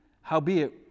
Howbeit